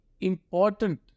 important